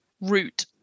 route